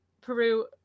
Peru